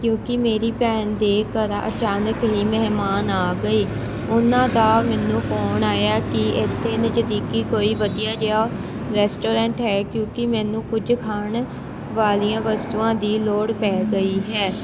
ਕਿਉਂਕਿ ਮੇਰੀ ਭੈਣ ਦੇ ਘਰ ਅਚਾਨਕ ਹੀ ਮਹਿਮਾਨ ਆ ਗਏ ਉਹਨਾਂ ਦਾ ਮੈਨੂੰ ਫੋਨ ਆਇਆ ਕਿ ਇੱਥੇ ਨਜ਼ਦੀਕੀ ਕੋਈ ਵਧੀਆ ਜਿਹਾ ਰੈਸਟੋਰੈਂਟ ਹੈ ਕਿਉਂਕਿ ਮੈਨੂੰ ਕੁਝ ਖਾਣ ਵਾਲੀਆਂ ਵਸਤੂਆਂ ਦੀ ਲੋੜ ਪੈ ਗਈ ਹੈ